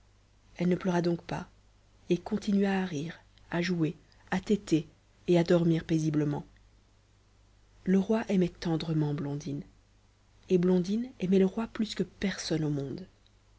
elle ne pleura donc pas et continua à rire à jouer à téter et à dormir paisiblement le roi aimait tendrement blondine et blondine aimait le roi plus que personne au monde